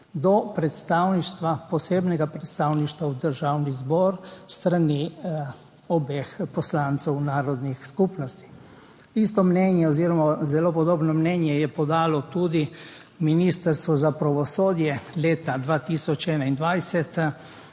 do posebnega predstavništva v Državnem zboru s strani obeh poslancev narodnih skupnosti. Isto mnenje oziroma zelo podobno mnenje je podalo tudi Ministrstvo za pravosodje leta 2021